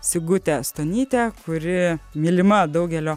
sigutę stonytę kuri mylima daugelio